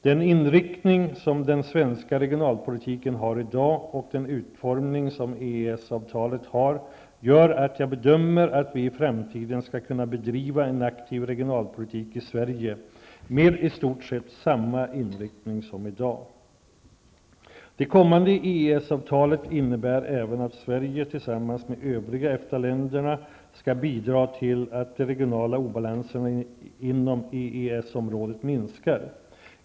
Den inriktning som den svenska regionalpolitiken har i dag och den utformning som EES-avtalet har, gör att jag bedömer att vi i framtiden skall kunna bedriva en aktiv regionalpolitik i Sverige med i stort sett samma inriktning som i dag. Det kommande EES-avtalet innebär även att Sverige tillsammans med de övriga EFTA-länderna skall bidra till att de regionala obalanserna inom EES-området minskar.